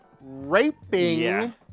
Raping